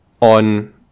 on